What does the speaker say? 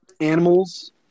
animals